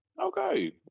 Okay